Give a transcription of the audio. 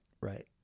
Right